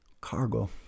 Cargo